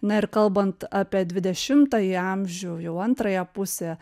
na ir kalbant apie dvidešimtąjį amžių jau antrąją pusę